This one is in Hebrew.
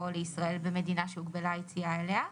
לישראל במדינה שהוגבלה היציאה אליה,